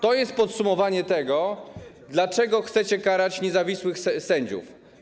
To jest podsumowanie tego, dlaczego chcecie karać niezawisłych sędziów.